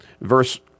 verse